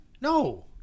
no